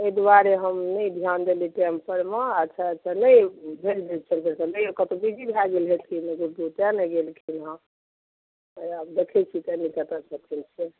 ताहि दुआरे हम नहि ध्यान देलियै टाइम परमे अच्छा अच्छा नहि भेज दै छिअनि नहि कतहुँ बिजी भए गेल हथिन तेैँ नहि गेलखिन हँ हैया हम देखैत छियै कनि कतऽ छथिन से